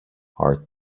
are